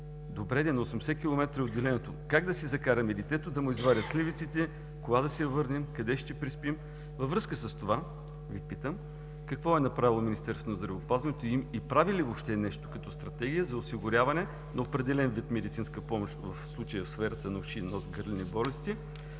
добре де, на 80 км е отделението, как да си закараме детето да му извадят сливиците, кога да се върнем, къде ще преспим? Във връзка с това Ви питам: какво е направило Министерството на здравеопазването и прави ли въобще нещо като Стратегия за осигуряване на определен вид медицинска помощ, в случая в сферата на уши, нос, гърлени болести